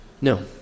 No